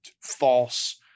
false